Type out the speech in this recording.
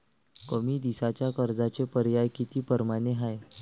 कमी दिसाच्या कर्जाचे पर्याय किती परमाने हाय?